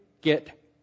get